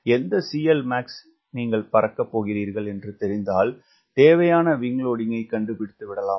எந்த CLmax நீங்கள் பறக்கப்போகிறீர்கள் என்று தெரிந்தால் தேவையான விங்க் லோடிங்கினைக் கண்டுபிடித்துவிடலாம்